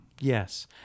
yes